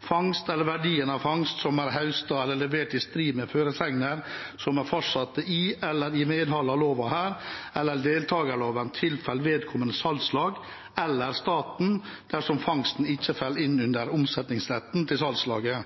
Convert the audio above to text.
fangst som er hausta eller levert i strid med føresegner som er fastsette i eller i medhald av lova her, eller deltakerloven, tilfell vedkomande salslag, eller staten dersom fangsten ikkje fell inn under omsetningsretten til salslaget.